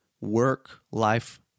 work-life